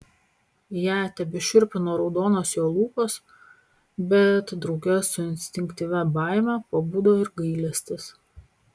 ją tebešiurpino raudonos jo lūpos bet drauge su instinktyvia baime pabudo ir gailestis